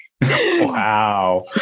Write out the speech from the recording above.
Wow